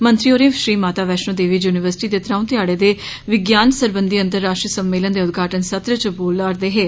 मंत्री होरें श्री माता वैष्णो देवी यूनिवर्सिटी दे त्र'ऊ ध्याड़े दे विज्ञान सरबंधी अंतर्राष्ट्रीय सम्मेलन दे उद्घाटन सत्र च बोला'रदे हे